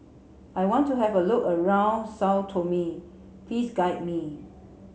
I want to have a look around Sao Tome please guide me